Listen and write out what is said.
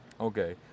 okay